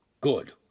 Good